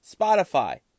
Spotify